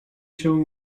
się